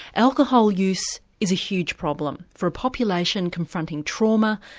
alcohol use is a huge problem for a population confronting trauma,